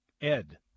Ed